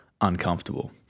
uncomfortable